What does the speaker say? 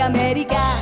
America